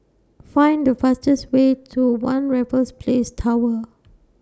Find The fastest Way to one Raffles Place Tower